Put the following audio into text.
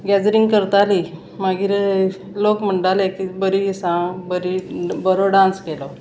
gathering करतालीं मागीर लोक म्हणटाले की बरी आसा आं बरी बरो डांस केलो